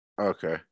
Okay